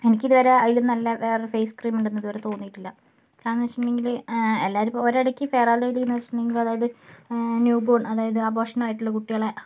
എനിക്ക് ഇതേവരെ അതിലും നല്ല വേറൊരു ഫെയ്സ്ക്രീം ഉണ്ടെന്ന് ഇതുവരെ തോന്നിയിട്ടില്ല കാരണമെന്താന്ന് വെച്ചിട്ടുണ്ടെങ്കില് എല്ലാവരും ഇപ്പോൾ ഒരിടയ്ക്ക് ഫെയർ ൻ ലൗലി വെച്ചിട്ടുണ്ടെങ്കില് അതായത് ന്യൂ ബോൺ അതായത് അബോർഷൻ ആയിട്ടുള്ള കുട്ടികളെ